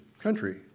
country